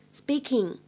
speaking